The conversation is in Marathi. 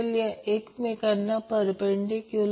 आणि रेझोनन्समध्ये हा इमेजनरी भाग 0 असेल